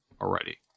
already